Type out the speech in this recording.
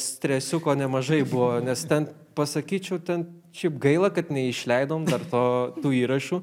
stresiuko nemažai buvo nes ten pasakyčiau ten šiaip gaila kad neišleidom to tų įrašų